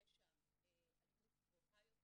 שיש שם אלימות גבוהה יותר.